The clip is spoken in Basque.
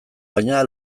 baina